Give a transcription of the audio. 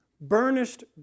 burnished